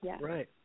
Right